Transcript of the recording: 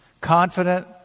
confident